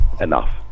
enough